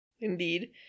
Indeed